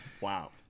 Wow